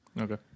Okay